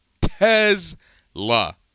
Tesla